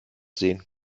sehen